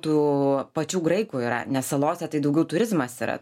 tų pačių graikų yra nes salose tai daugiau turizmas yra